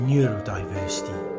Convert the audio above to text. Neurodiversity